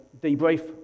debrief